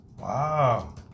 Wow